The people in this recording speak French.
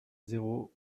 zéro